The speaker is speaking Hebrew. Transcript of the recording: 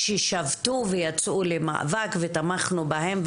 ששבתו ויצאו למאבק ותמכנו בהם,